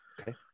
Okay